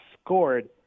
scored